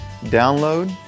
download